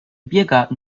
biergarten